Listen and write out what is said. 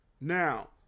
Now